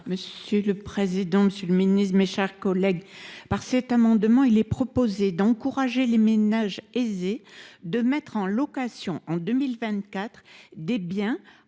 Monsieur le président, monsieur le ministre, mes chers collègues, par cet amendement, il est proposé d’encourager les ménages aisés à mettre en location des biens